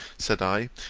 said i,